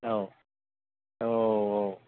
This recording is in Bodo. औ औ